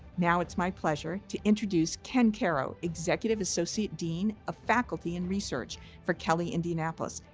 now it's my pleasure to introduce ken carow, executive associate dean of faculty and research for kelley indianapolis,